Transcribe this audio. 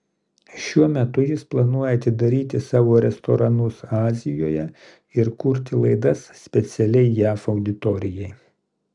šiuo metu jis planuoja atidaryti savo restoranus azijoje ir kurti laidas specialiai jav auditorijai